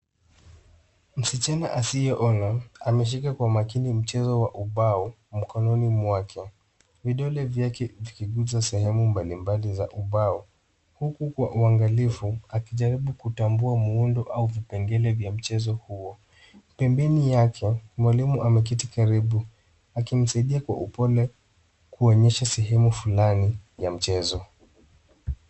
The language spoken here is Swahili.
Msichana asiyeona, ameshika kwa makini mchezo wa ubao, mkononi mwake. Vidole vyake vikiguza sehemu mbali mbali za ubao. Huku kwa uangalifu, akijaribu kutambua muundo au vipengele vya mchezo huo. Pembeni yake, mwalimu ameketi karibu, akimsaidia kwa upole kuonyesha sehemu fulani ya mchezo.